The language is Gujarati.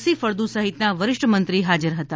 સી ફળદુ સહિતના વરિષ્ઠ મંત્રી ત્યાં હાજર હતા